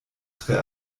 tre